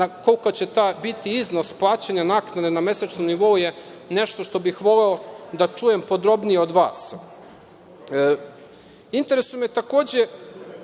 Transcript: koliki će biti iznos plaćana naknade na mesečnom nivou? To je nešto što bih voleo da čujem podrobnije od vas. Interesuje me takođe